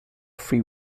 free